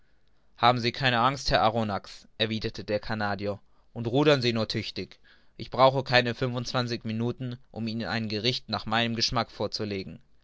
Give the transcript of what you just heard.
haben sie keine angst herr arronax erwiderte der canadier und rudern sie nur tüchtig ich brauche keine fünfundzwanzig minuten um ihnen ein gericht nach meinem geschmack vorzulegen